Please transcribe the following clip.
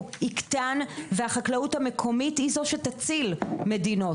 יקטנו והחקלאות המקומית היא זו שתציל מדינות.